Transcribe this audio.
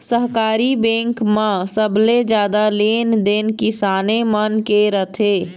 सहकारी बेंक म सबले जादा लेन देन किसाने मन के रथे